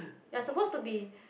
you're supposed to be